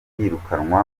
yirukanwa